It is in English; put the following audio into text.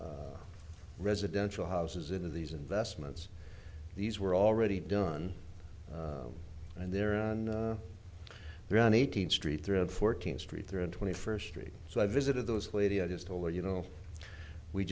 residential houses into these investments these were already done and they're on the run eighteenth street through the fourteenth street through twenty first street so i visited those lady i just told her you know we